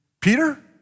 Peter